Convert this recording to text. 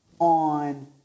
on